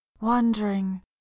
wondering